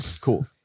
cool